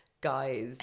guys